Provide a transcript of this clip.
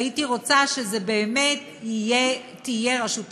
והייתי רוצה שזו באמת תהיה רשות עצמאית.